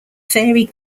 fairy